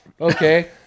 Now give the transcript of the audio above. okay